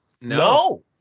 no